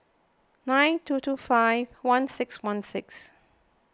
nine two two five one six one six